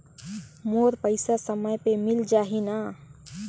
मोर पइसा समय पे मिल जाही न?